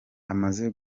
amaze